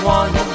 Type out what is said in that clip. one